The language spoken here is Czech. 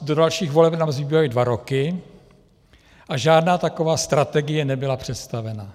Do dalších voleb nám zbývají dva roky a žádná taková strategie nebyla představena.